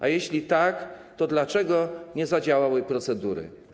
A jeśli tak, to dlaczego nie zadziałały procedury?